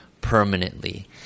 permanently